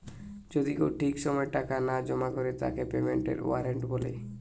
যদি কেউ ঠিক সময় টাকা না জমা করে তাকে পেমেন্টের ওয়ারেন্ট বলে